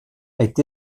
est